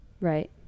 right